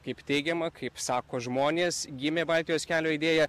kaip teigiama kaip sako žmonės gimė baltijos kelio idėja